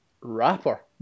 rapper